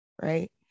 right